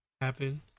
happen